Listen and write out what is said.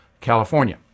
California